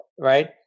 right